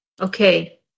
Okay